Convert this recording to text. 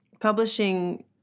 publishing